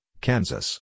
Kansas